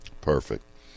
Perfect